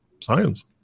science